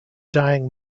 dying